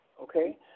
Okay